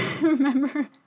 Remember